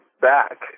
back